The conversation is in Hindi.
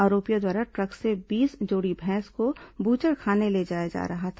आरोपियों द्वारा ट्रक से बीस जोड़ी भैंस को बूचड़खाने ले जाया जा रहा था